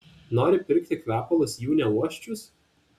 nori pirkti kvepalus jų neuosčius